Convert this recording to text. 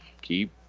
Keep